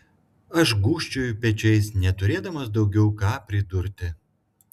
aš gūžčioju pečiais neturėdamas daugiau ką pridurti